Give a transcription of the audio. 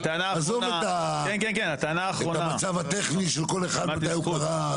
עזוב את המצב הטכני של כל אחד מתי הוא קרא.